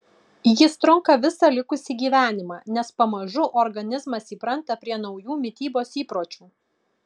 jis trunka visą likusį gyvenimą nes pamažu organizmas įpranta prie naujų mitybos įpročių